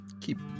keep